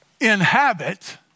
inhabit